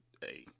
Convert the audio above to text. hey